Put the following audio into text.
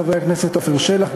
חברי הכנסת עפר שלח,